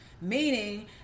Meaning